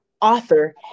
author